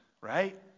right